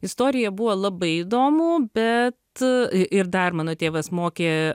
istorija buvo labai įdomu bet i ir dar mano tėvas mokė